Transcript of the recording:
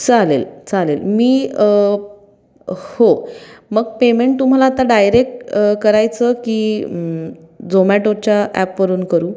चालेल चालेल मी हो मग पेमेंट तुम्हाला आता डायरेक्ट करायचं की झोमॅटोच्या ॲपवरून करू